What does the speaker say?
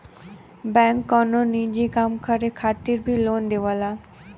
bank कउनो निजी काम करे खातिर भी लोन देवला